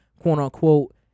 quote-unquote